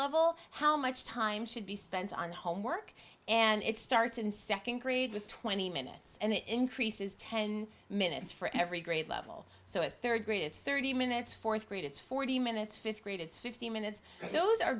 level how much time should be spent on homework and it starts in second grade with twenty minutes and it increases ten minutes for every grade level so if third grade it's thirty minutes fourth grade it's forty minutes fifth grade it's fifty minutes those are